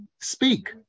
speak